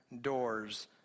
doors